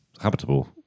habitable